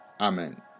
amen